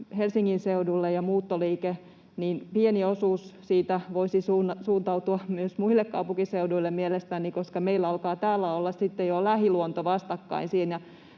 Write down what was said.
Helsingin seudulle, voisi mielestäni suuntautua myös muille kaupunkiseuduille, koska meillä alkaa täällä olla sitten jo lähiluonto vastakkain